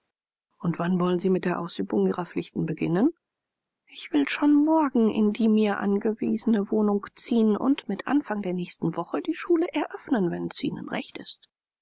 und wann wollen sie mit der ausübung ihrer pflichten beginnen ich will schon morgen in die mir angewiesene wohnung ziehen und mit anfang der nächsten woche die schule eröffnen wenn es ihnen recht ist